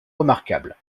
remarquable